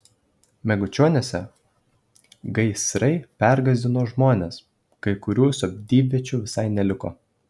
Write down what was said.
megučioniuose gaisrai pergąsdino žmones kai kurių sodybviečių visai neliko